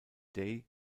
day